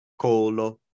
Colo